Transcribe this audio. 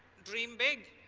dream big!